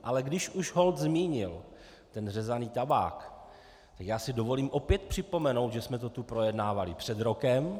Ale když už zmínil řezaný tabák, já si dovolím opět připomenout, že jsme to tu projednávali před rokem.